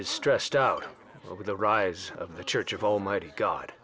is stressed out over the rise of the church of almighty god